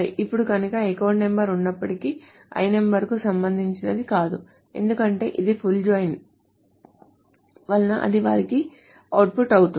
ఇప్పుడు కనుక account number ఉన్నప్పటికీ lno కు సంబంధించినది కాదు ఎందుకంటే ఇది full join వలన అది వారికి అవుట్పుట్ అవుతుంది